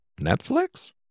Netflix